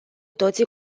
toții